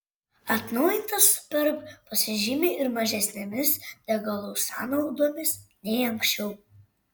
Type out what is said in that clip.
atnaujintas superb pasižymi ir mažesnėmis degalų sąnaudomis nei anksčiau